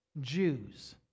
Jews